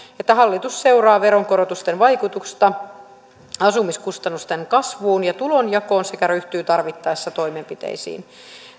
että hallitus seuraa veronkorotusten vaikutusta asumiskustannusten kasvuun ja tulonjakoon sekä ryhtyy tarvittaessa toimenpiteisiin